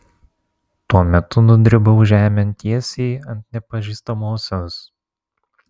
tuo metu nudribau žemėn tiesiai ant nepažįstamosios